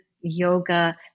yoga